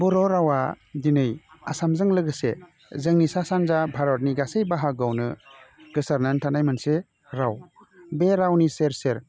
बर' रावा दिनै आसामजों लोगोसे जोंनि सा सान्जा भारतनि गासै बाहागोआवनो गोसारना थानाय मोनसे राव बे रावनि सेर सेर